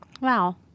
Wow